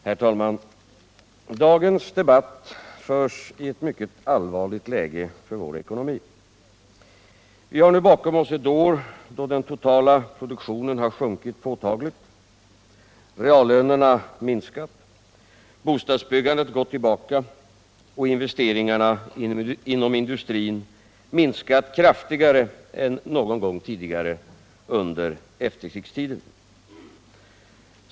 Herr talman! Dagens debatt förs i ett mycket allvarligt läge för vår ekonomi. Vi har nu bakom oss ett år då den totala produktionen sjunkit påtagligt, reallönerna minskat, bostadsbyggandet gått tillbaka och investeringarna inom industrin minskat kraftigare än någon gång tidigare under efterkrigstiden.